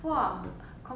ya ya ya